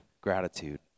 gratitude